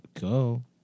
go